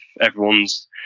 everyone's